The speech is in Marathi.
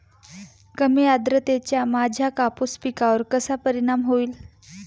कमी आर्द्रतेचा माझ्या कापूस पिकावर कसा परिणाम होईल?